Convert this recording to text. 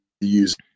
use